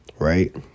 Right